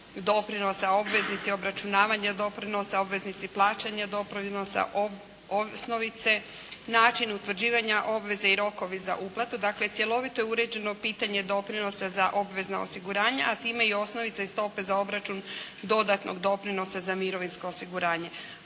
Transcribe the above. doprinosa, obveznici obračunavanja doprinosa, obveznici plaćanja doprinosa, osnovice, način utvrđivanja obveze i rokovi za uplatu. Dakle, cjelovito je uređeno pitanje doprinosa za obvezna osiguranja, a time i osnovica i stope za obračun dodatnog doprinosa za mirovinsko osiguranje.